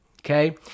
okay